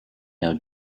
our